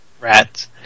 rats